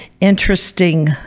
interesting